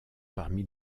parmi